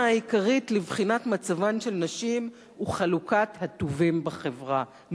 העיקרית לבחינת מצבן של נשים היא חלוקת הטובין בחברה,